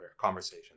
conversation